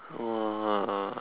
!wah!